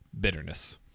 bitterness